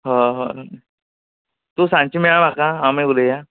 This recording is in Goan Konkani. हय हय तूं सांजचें मेळ म्हाका आमी मागीर उलोव्या